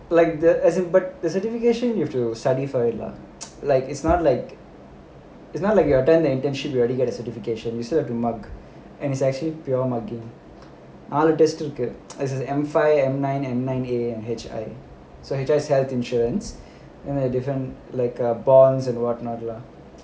like the as in but the certification you have to study for it lah like it's not like it's not like you attend the internship you already get a certification you still have to mug and it's actually beyond mugging அதுல ஒரு:adhula oru twist இருக்கு:irukku there's an M five M nine A and H I so just health insurance and a different like err bonds and what not lah